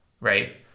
right